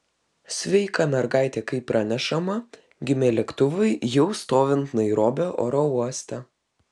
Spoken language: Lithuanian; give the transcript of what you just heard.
sveika mergaitė kaip pranešama gimė lėktuvui jau stovint nairobio oro uoste